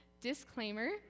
Disclaimer